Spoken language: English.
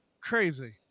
crazy